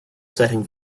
setting